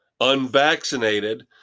unvaccinated